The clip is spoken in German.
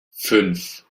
fünf